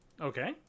Okay